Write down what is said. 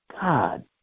God